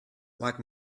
like